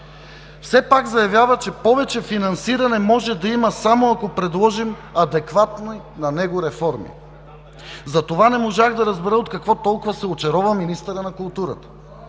все пак заявява, че повече финансиране може да има само ако предложим адекватни на него реформи. Затова не можах да разбера от какво толкова се очарова министърът на културата.